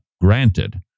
granted